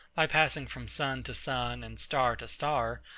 by passing from sun to sun, and star to star,